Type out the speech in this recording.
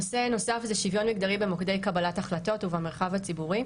נושא נוסף זה שוויון מגדרי במוקדי קבלת החלטות ובמרחב הציבורי.